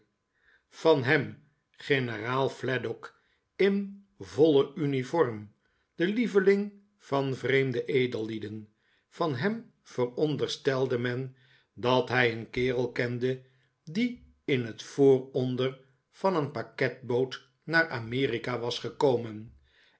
van hem generaal fladdock in voile uniform de lieveling van vreemde edellieden van hem veronderstelde men dat hij een kerel kende die in het vooronder van een paketboot naar amerika was gekomen